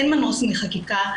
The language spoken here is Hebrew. אין מנוס מחקיקה.